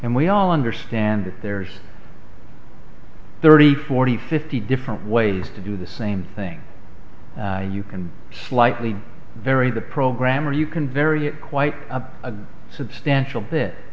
and we all understand that there's thirty forty fifty different ways to do the same thing and you can slightly vary the program or you can vary it quite a substantial bit